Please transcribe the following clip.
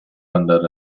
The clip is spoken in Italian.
andare